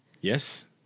Yes